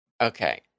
Okay